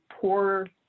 poor